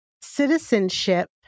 citizenship